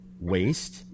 waste